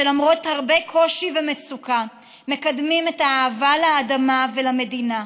שלמרות הרבה קושי ומצוקה מקדמים את האהבה לאדמה ולמדינה,